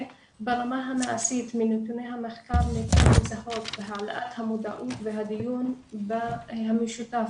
ברמה המעשית מנתוני המחקר ניתן לזהות בהעלאת המודעות והדיון המשותף